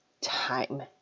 time